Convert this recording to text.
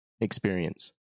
experience